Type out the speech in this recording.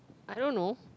I don't know